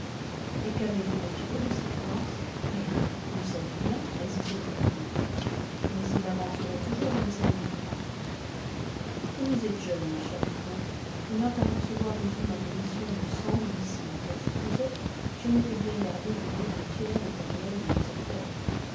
et qu'avez-vous retiré de ces créances rien vous le savez bien elles étaient illusoires mais il aventurait toujours vingt-cinq mille francs que vous êtes jeune mon cher vicomte ayant à recevoir de vous ma commission de cent louis si l'affaire se faisait je m'étais bien gardé de dire au tiers l'état réel de vos affaires